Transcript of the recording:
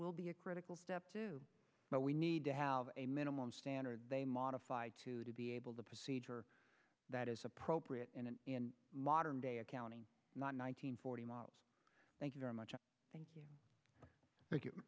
will be a critical step to what we need to have a minimum standard they modified to be able to procedure that is appropriate in a modern day accounting not one hundred forty miles thank you very much thank you thank you